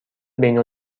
بین